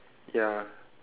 ya